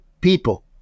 people